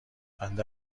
بنده